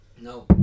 No